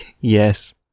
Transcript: Yes